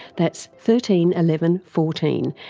that's thirteen eleven fourteen,